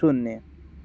शून्य